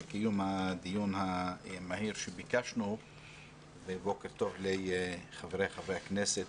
על קיום הדיון המהיר שביקשנו ובוקר טוב לחבריי וחברותיי חברי הכנסת.